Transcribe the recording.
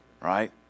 Right